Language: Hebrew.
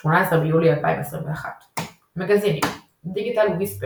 18 ביולי 2021 מגזינים Digital Whisper